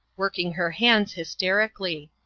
working her hands hysterically.